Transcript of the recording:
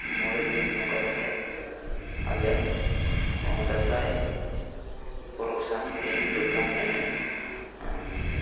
ᱢᱚᱬᱮ ᱫᱤᱱ ᱱᱚᱝᱠᱟ ᱠᱟᱛᱮ ᱟᱞᱮ ᱱᱚᱣᱟ ᱫᱟᱸᱥᱟᱭ ᱯᱚᱨᱚᱵᱽ ᱥᱟᱶ ᱤᱧ ᱡᱚᱯᱲᱟᱣ ᱦᱤᱱᱟᱹᱧᱟ